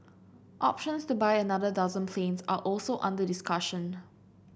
options to buy another dozen planes are also under discussion